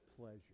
pleasure